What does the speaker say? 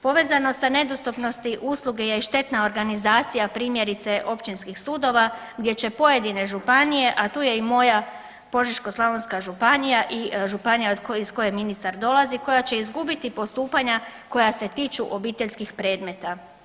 Povezano sa nedostupnosti usluge je i štetna organizacija primjerice općinskih sudova, gdje će pojedine županije, a tu je i moja Požeško-slavonska županija i županija iz koje ministar dolazi koja će izgubiti postupanja koja se tiču obiteljskih predmeta.